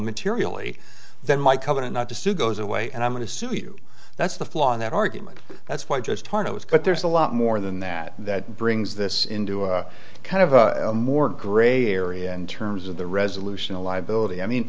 materially then my covenant not to sue goes away and i'm going to sue you that's the flaw in that argument that's why just hard it was but there's a lot more than that that brings this into a kind of more gray area in terms of the resolution a liability i mean